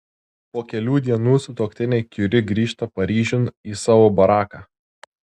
po kelių dienų sutuoktiniai kiuri grįžta paryžiun į savo baraką